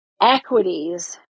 equities